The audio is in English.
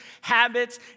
habits